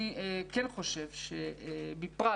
אני כן חושב שבפרט